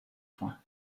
points